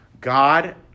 God